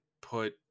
put